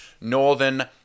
Northern